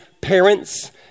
parents